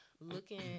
looking